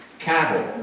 Cattle